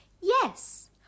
Yes